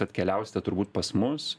atkeliausite turbūt pas mus